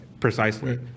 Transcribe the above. Precisely